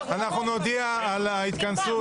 נודיע על שעת התכנסות.